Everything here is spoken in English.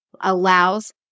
allows